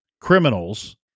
criminals